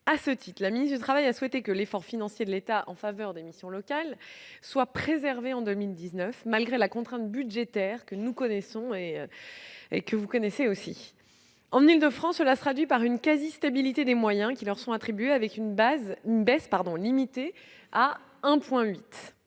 À ce titre, la ministre du travail a souhaité que l'effort financier de l'État en faveur des missions locales soit préservé en 2019, malgré la contrainte budgétaire que nous connaissons tous. En Île-de-France, cette décision se traduit par une quasi-stabilité des moyens qui leur sont attribués, en baisse limitée de 1,8